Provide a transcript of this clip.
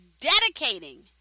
dedicating